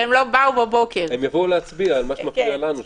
הם יבואו להצביע על מה שמפריע לנו.